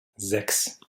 sechs